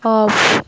off